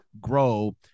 grow